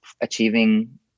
achieving